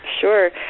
Sure